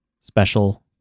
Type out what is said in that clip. special